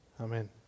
Amen